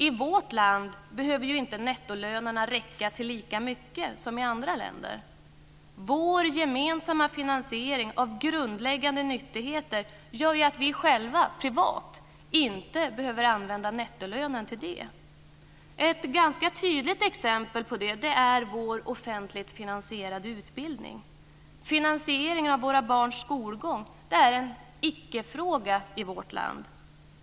I vårt land behöver ju inte nettolönerna räcka till lika mycket som i andra länder. Vår gemensamma finansiering av grundläggande nyttigheter gör ju att vi själva, privat, inte behöver använda nettolönen till detta. Ett ganska tydligt exempel på det är vår offentligt finansierade utbildning. Finansiering av våra barns skolgång är en "icke-fråga" i vårt land.